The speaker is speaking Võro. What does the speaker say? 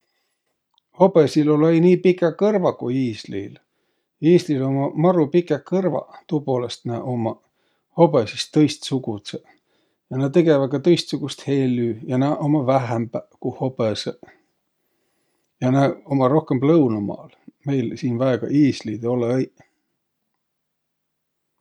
Hobõsil olõ-õi nii pikäq kõrvaq ku iisliil. Iisliil ummaq maru pikäq kõrvaq. Tuupoolõst nä ummaq hobõsist tõistsugudsõq. Ja nä tegeväq ka tõistsugust hellü ja nä ummaq vähämbäq ku hobõsõq. Ja nä ummaq rohkõmb lõunõmaal. Meil siin väega iisliid olõ-õiq.